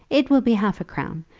it will be half-a-crown.